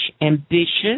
ambitious